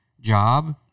job